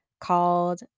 called